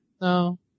No